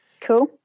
Cool